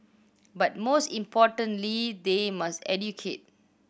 but most importantly they must educate